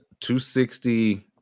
260